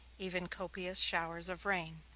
even copious showers of rain.